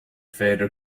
vader